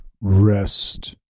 Rest